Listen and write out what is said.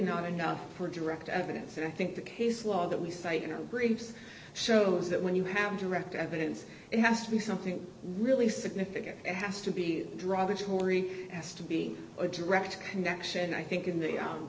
not enough for direct evidence and i think the case law that we say you know groups shows that when you have direct evidence it has to be something really significant has to be drug hoary has to be a direct connection i think in the